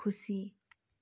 खुसी